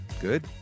Good